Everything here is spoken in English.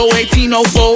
1804